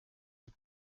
the